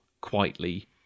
quietly